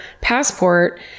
passport